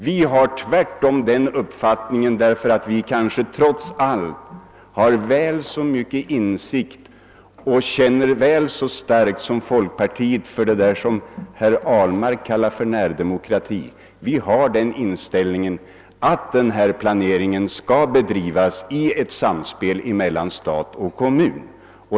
Vi känner kanske trots allt väl så starkt som folkpartiet för det som herr Ahlmark kallar närdemokrati. Vi har därför den inställningen, att planeringen bör bedrivas i samspel mellan stat och kommun.